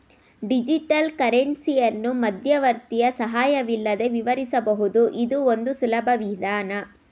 digital ಕರೆನ್ಸಿಯಲ್ಲಿ ಮಧ್ಯವರ್ತಿಯ ಸಹಾಯವಿಲ್ಲದೆ ವಿವರಿಸಬಹುದು ಇದು ಒಂದು ಸುಲಭ ವಿಧಾನ